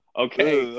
okay